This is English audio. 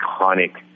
iconic